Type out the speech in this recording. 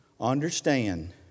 understand